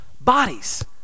bodies